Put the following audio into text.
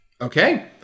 Okay